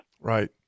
Right